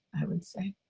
i would say.